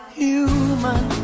human